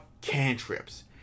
cantrips